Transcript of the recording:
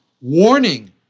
warning